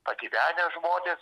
pagyvenę žmonės